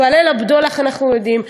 ועל "ליל הבדולח" אנחנו יודעים,